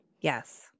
yes